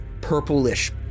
purplish